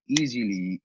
easily